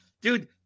dude –